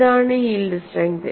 ഇതാണ് yield strength